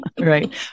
Right